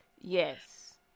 Yes